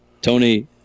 Tony